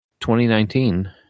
2019